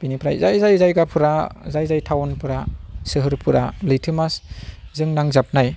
बेनिफ्राय जाय जाय जायगाफोरा जाय जाय टाउनफोरा सोहोरफोरा लैथोमाजों नांजाबनाय